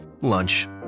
Lunch